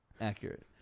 Accurate